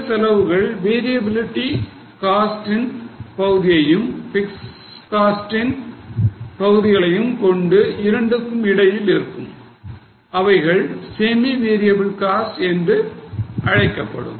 சில செலவுகள் variability cost ன் பகுதிகளையும் fixed cost ன் பகுதிகளையும் கொண்டு இரண்டுக்கும் இடையில் இருக்கும் அவைகள் semi variable cost என்று அழைக்கப்படும்